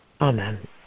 Amen